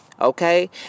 Okay